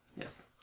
Yes